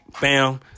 bam